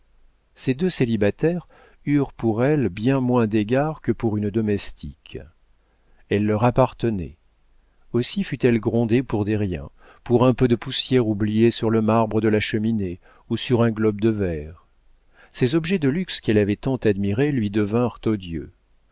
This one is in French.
ces deux célibataires eurent pour elle bien moins d'égards que pour une domestique elle leur appartenait aussi fut-elle grondée pour des riens pour un peu de poussière oubliée sur le marbre de la cheminée ou sur un globe de verre ces objets de luxe qu'elle avait tant admirés lui devinrent odieux